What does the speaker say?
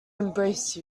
embrace